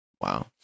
wow